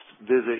visit